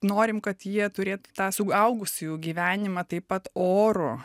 norim kad jie turėtų tą suaugusiųjų gyvenimą taip pat orų